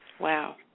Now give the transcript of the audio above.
Wow